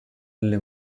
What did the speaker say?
delle